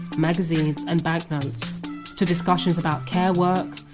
magazines and bank notes to discussions about care work,